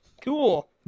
Cool